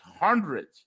hundreds